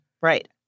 Right